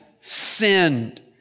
sinned